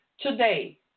Today